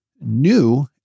new